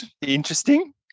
interesting